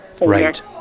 Right